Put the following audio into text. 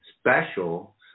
special